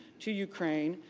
to ukraine.